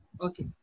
Okay